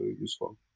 useful